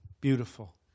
beautiful